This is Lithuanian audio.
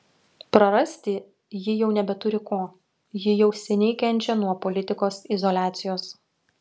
prarasti ji jau nebeturi ko ji jau seniai kenčia nuo politikos izoliacijos